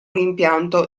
rimpianto